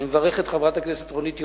אני מברך את חברת הכנסת רונית תירוש.